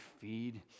feed